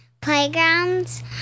Playgrounds